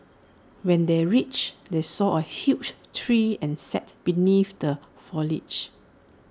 when they reached they saw A huge tree and sat beneath the foliage